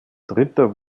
dritter